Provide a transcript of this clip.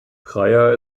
praia